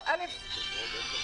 באמת.